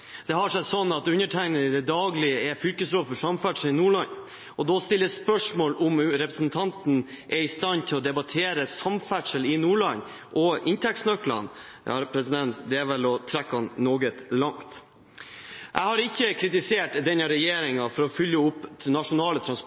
Det har seg sånn at undertegnede til daglig er fylkesråd for samferdsel i Nordland. Å stille spørsmål ved om representanten er i stand til å debattere samferdsel i Nordland og inntektsnøklene, er vel å trekke det noe langt. Jeg har ikke kritisert denne regjeringen for å